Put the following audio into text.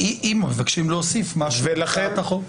אם מבקשים להוסיף על החוק.